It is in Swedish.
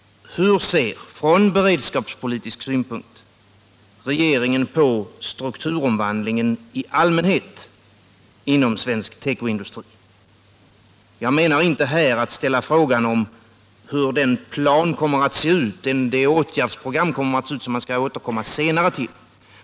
Hur ser regeringen på strukturomvandlingen i allmänhet inom svensk tekoindustri från beredskapspolitisk synpunkt? Jag avser inte här att ställa frågan hur det åtgärdsprogram som man senare skall återkomma till kommer att se ut.